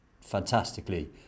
fantastically